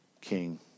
king